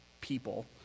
people